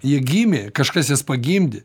jie gimė kažkas jas pagimdė